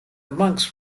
monks